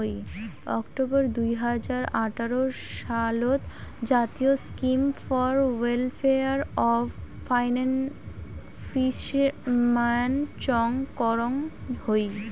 October দুই হাজার আঠারো সালত জাতীয় scheme for welfare of fisherman চং করং হই